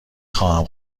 خواهم